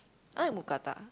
I like mookata